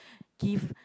give